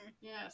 yes